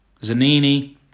Zanini